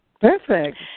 Perfect